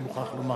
אני מוכרח לומר.